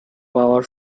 power